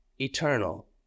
eternal